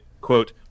quote